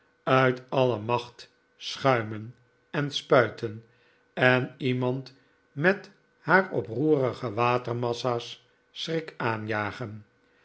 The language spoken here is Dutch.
uit alle macht schuimen en spuiten en iemand met haar oproerige watermassa's schrik aanjagen